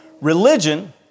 Religion